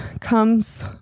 comes